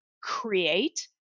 create